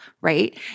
right